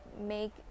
make